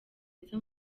nza